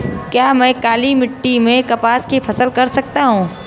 क्या मैं काली मिट्टी में कपास की फसल कर सकता हूँ?